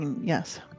yes